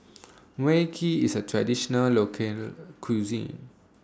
Mui Kee IS A Traditional Local Cuisine